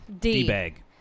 D-bag